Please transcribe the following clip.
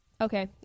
Okay